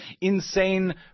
Insane